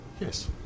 Yes